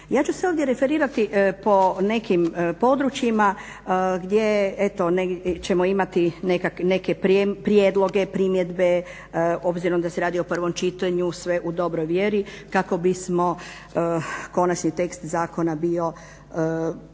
Ja ću se ovdje referirati po nekim područjima, gdje eto, negdje ćemo imati neke prijedloge, primjedbe, obzirom da se radi o prvom čitanju, sve u dobroj vjeri, kako bismo konačni tekst bio